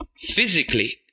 physically